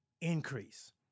increase